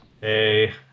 Hey